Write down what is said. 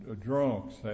drunks